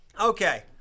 okay